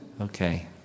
Okay